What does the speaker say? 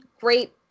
great